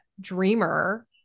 dreamer